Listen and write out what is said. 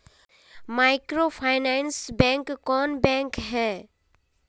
Microfinance bank कौन bank है?